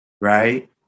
right